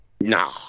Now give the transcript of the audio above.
No